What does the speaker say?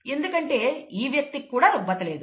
ఎందుకంటే ఈ వ్యక్తి కూడా రుగ్మత లేదు